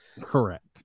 Correct